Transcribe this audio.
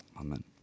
Amen